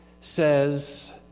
says